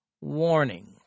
Warning